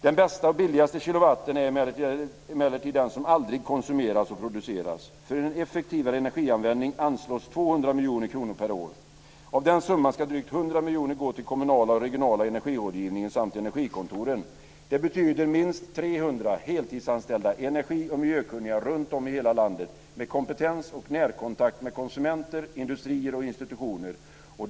Den bästa och billigaste kilowatten är emellertid den som aldrig konsumeras och produceras. För en effektivare energianvändning anslås 200 miljoner kronor per år. Av den summan ska drygt 100 miljoner kronor gå till den kommunala och regionala energirådgivningen samt till energikontoren. Det betyder minst 300 heltidsanställda energi och miljökunniga runtom i hela landet med kompetens och närkontakt med konsumenter, industri och institutioner.